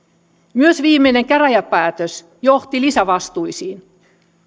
myös viimeinen käräjäpäätös johti lisävastuisiin